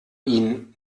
ihn